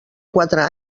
quatre